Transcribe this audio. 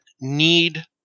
need